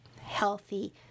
healthy